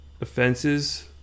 offenses